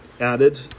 added